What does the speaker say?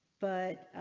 but.